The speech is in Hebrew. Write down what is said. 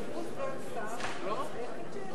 כל אחד קיבל תפקיד.